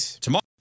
Tomorrow